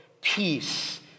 peace